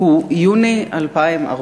הוא יוני 2014,